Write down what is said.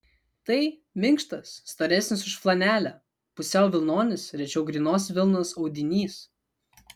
tai minkštas storesnis už flanelę pusiau vilnonis rečiau grynos vilnos audinys